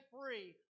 free